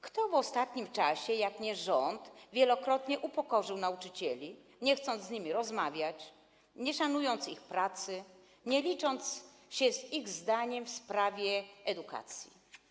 Kto w ostatnim czasie, jeśli nie rząd, wielokrotnie upokorzył nauczycieli, nie chcąc z nimi rozmawiać, nie szanując ich pracy, nie licząc się z ich zdaniem w sprawie edukacji?